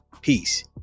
peace